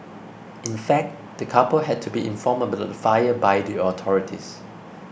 in fact the couple had to be informed about the fire by the authorities